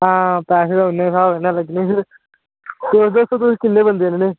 हां पैसे ते उन्ने स्हाब कन्नै लग्गने फिर तुस दस्सो तुस किन्ने बंदे आह्नने